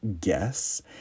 guess